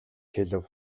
хэлэв